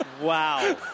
Wow